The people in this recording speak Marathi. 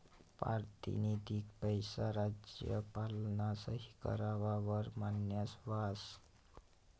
पारतिनिधिक पैसा राज्यपालना सही कराव वर मान्य व्हस